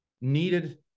needed